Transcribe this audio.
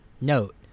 note